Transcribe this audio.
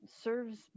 serves